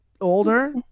older